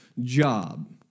job